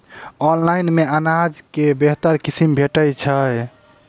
Online मे अनाज केँ बेहतर किसिम भेटय छै?